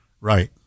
Right